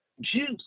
juice